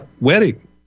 wedding